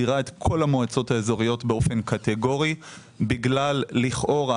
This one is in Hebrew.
מדירה את כל המועצות האזוריות באופן קטגורי בגלל לכאורה